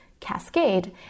cascade